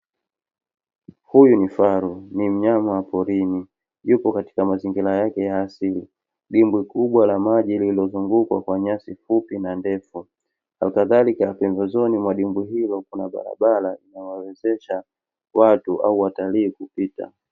Huyu ni faru, ni mnyama wa porini, yupo katika mazingira yake ya asili, dimbwi kubwa la maji lililozungukwa kwa nyasi fupi na ndefu. Hali kadhalika pembeni mwa dimbwi hilo, kuna barabara inayowawezesha watu au watalii kupita.